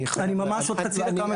ממש עוד חצי דקה.